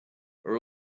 are